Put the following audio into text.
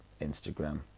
instagram